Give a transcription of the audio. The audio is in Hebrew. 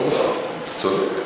אני לא מסכים, אתה צודק.